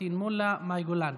פטין מולא ומאי גולן,